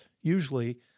usually